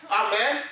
amen